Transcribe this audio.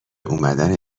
اومدن